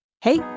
Hey